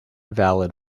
valid